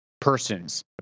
persons